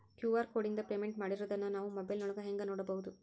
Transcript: QR ಕೋಡಿಂದ payment ಮಾಡಿರೋದನ್ನ ನಾವು ಮೊಬೈಲಿನೊಳಗ ಹೆಂಗ ನೋಡಬಹುದು?